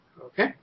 Okay